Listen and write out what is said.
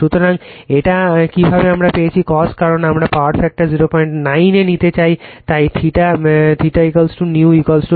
সুতরাং এটা কিভাবে আমরা পেয়েছি cos কারণ আমরা পাওয়ার ফ্যাক্টরকে 09 এ নিতে চাই তাই θ নিউ 2585o